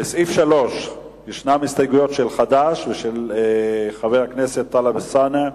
לסעיף 3 יש הסתייגויות של חד"ש ושל חברי הכנסת טלב אלסאנע,